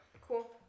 Cool